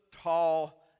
tall